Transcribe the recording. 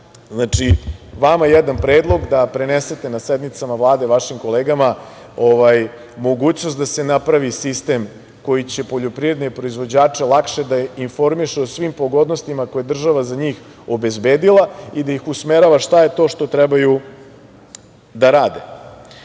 vama jedan predlog da prenesete na sednicama Vlade, vašim kolegama, mogućnost da se napravi sistem koji će poljoprivredne proizvođače lakše da informiše o svim pogodnostima koje je država za njih i da ih usmerava šta je to što trebaju da rade. Mi